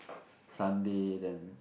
Sunday then